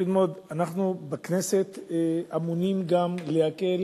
פשוט מאוד אנחנו בכנסת אמונים גם להקל